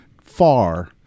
Far